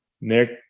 Nick